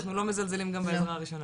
אנחנו לא מזלזלים בעזרה ראשונה.